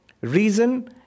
reason